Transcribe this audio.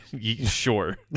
Sure